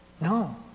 No